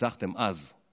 ניצחתם אז,